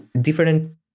different